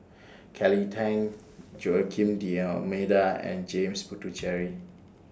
Kelly Tang Joaquim D'almeida and James Puthucheary